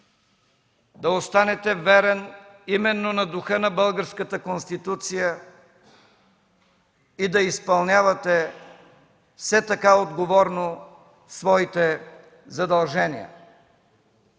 да останете верен именно на духа на Българската конституция и да изпълнявате все така отговорно своите задължения.